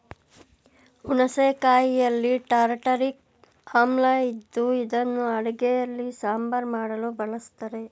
ಹುಣಸೆ ಕಾಯಿಯಲ್ಲಿ ಟಾರ್ಟಾರಿಕ್ ಆಮ್ಲ ಇದ್ದು ಇದನ್ನು ಅಡುಗೆಯಲ್ಲಿ ಸಾಂಬಾರ್ ಮಾಡಲು ಬಳಸ್ತರೆ